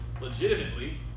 legitimately